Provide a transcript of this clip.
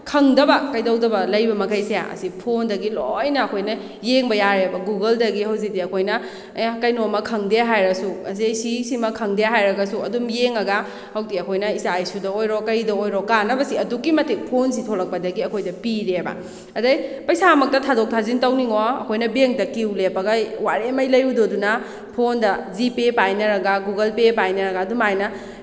ꯈꯪꯗꯕ ꯀꯩꯗꯧꯗꯕ ꯂꯩꯕ ꯃꯈꯩꯁꯦ ꯑꯁꯤ ꯐꯣꯟꯗꯒꯤ ꯂꯣꯏꯅ ꯑꯩꯈꯣꯏꯅ ꯌꯦꯡꯕ ꯌꯥꯔꯦꯕ ꯒꯨꯒꯜꯗꯒꯤ ꯍꯧꯖꯤꯛꯇꯤ ꯑꯩꯈꯣꯏꯅ ꯑꯦ ꯀꯩꯅꯣꯝꯃ ꯈꯪꯗꯦ ꯍꯥꯏꯔꯁꯨ ꯑꯁꯤ ꯁꯤꯒꯤꯁꯤꯃ ꯈꯪꯗꯦ ꯍꯥꯏꯔꯒꯁꯨ ꯑꯗꯨꯝ ꯌꯦꯡꯉꯒ ꯍꯧꯖꯤꯛꯇꯤ ꯑꯩꯈꯣꯏꯅ ꯏꯆꯥ ꯏꯁꯨꯗꯁꯨ ꯑꯣꯏꯔꯣ ꯀꯩꯗ ꯑꯣꯏꯔꯣ ꯀꯥꯟꯅꯕꯗꯤ ꯑꯗꯨꯛꯀꯤ ꯃꯇꯤꯛ ꯐꯣꯟꯁꯤ ꯊꯣꯛꯂꯛꯄꯗꯒꯤ ꯑꯩꯈꯣꯏꯗ ꯄꯤꯔꯦꯕ ꯑꯗꯩ ꯄꯩꯁꯥꯃꯛꯇ ꯊꯥꯗꯣꯛ ꯊꯥꯖꯤꯛ ꯇꯧꯅꯤꯡꯉꯛꯑꯣ ꯑꯩꯈꯣꯏꯅ ꯕꯦꯡꯗ ꯀ꯭ꯌꯨ ꯂꯦꯞꯄꯒ ꯋꯥꯔꯦꯝꯉꯩ ꯂꯩꯔꯣꯗꯣꯏꯗꯨꯅ ꯐꯣꯟꯗ ꯖꯤꯄꯦ ꯄꯥꯏꯅꯔꯒ ꯒꯨꯒꯜ ꯄꯦ ꯄꯥꯏꯅꯔꯒ ꯑꯗꯨꯃꯥꯏꯅ